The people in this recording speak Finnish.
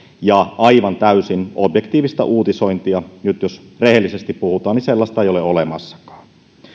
ja aivan täysin objektiivista uutisointia jos nyt rehellisesti puhutaan ei ole olemassakaan